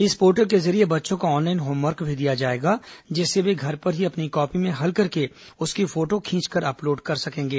इस पोर्टल के जरिये बच्चों को ऑनलाइन होमवर्क भी दिया जाएगा जिसे वे घर पर ही अपनी कॉपी में हल करके उसकी फोटो खींचकर अपलोड कर सकेंगे